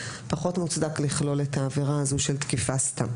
פחות מוצדק לכלול את העבירה הזאת של תקיפה סתם.